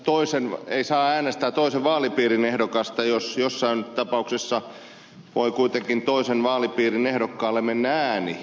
miksi ei saa äänestää toisen vaalipiirin ehdokasta jos jossain tapauksessa voi kuitenkin toisen vaalipiirin ehdokkaalle mennä ääni